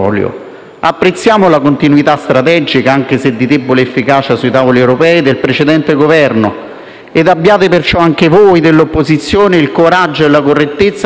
Apprezziamo la continuità strategica, anche se di debole efficacia sui tavoli europei, del precedente Governo; abbiate perciò anche voi dell'opposizione il coraggio e la correttezza di apprezzare